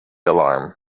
alarm